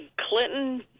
Clinton